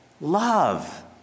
love